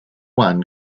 one